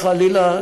חלילה,